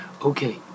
okay